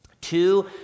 Two